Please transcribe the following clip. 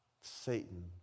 Satan